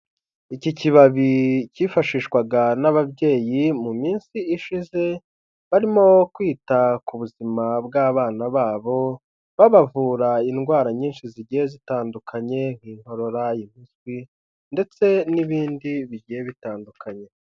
Iki kibabi cyifashishwaga n'ababyeyi mu minsi ishize, barimo kwita ku buzima bw'abana babo, babavura indwara nyinshi zigiye zitandukanye nk'inkorora, impiswi, ndetse n'ibindi bigiye bitandukanye.